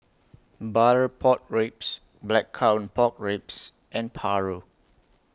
Butter Pork Ribs Blackcurrant Pork Ribs and Paru